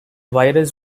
virus